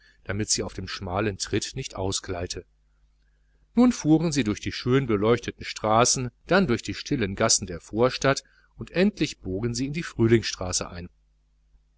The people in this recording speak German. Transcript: damit sie auf dem schmalen tritt nicht ausgleite nun fuhren sie durch die schön beleuchteten straßen dann durch die stillen gassen der vorstadt und endlich bogen sie in die frühlingsstraße ein